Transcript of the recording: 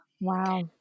Wow